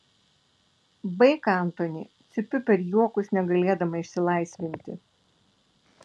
baik antoni cypiu per juokus negalėdama išsilaisvinti